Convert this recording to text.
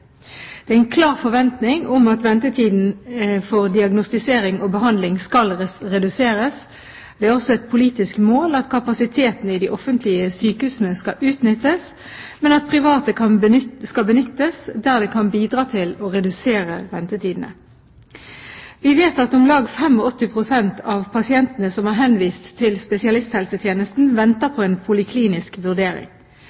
Det er en klar forventning om at ventetidene for diagnostisering og behandling skal reduseres. Det er også et politisk mål at kapasiteten i de offentlige sykehusene skal utnyttes, men at private skal benyttes der det kan bidra til å redusere ventetidene. Vi vet at om lag 85 pst. av pasientene som er henvist til spesialisthelsetjenesten, venter